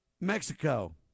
Mexico